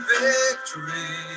victory